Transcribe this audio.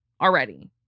already